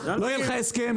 לא יהיה לך הסכם,